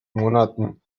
monaten